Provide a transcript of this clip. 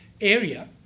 area